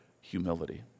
Humility